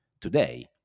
Today